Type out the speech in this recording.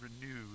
renewed